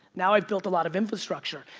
now i've built a lot of infrastructure.